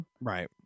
right